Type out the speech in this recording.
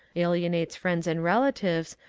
alienates friends and relatives,